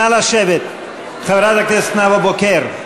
נא לשבת, חברת הכנסת נאוה בוקר,